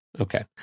Okay